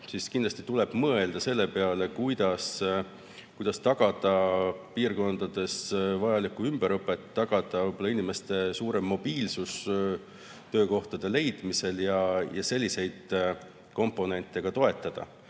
leida, tuleb mõelda selle peale, kuidas tagada piirkondades vajalikku ümberõpet, tagada võib-olla inimeste suurem mobiilsus töökohtade leidmisel. Selliseid komponente tuleks toetada.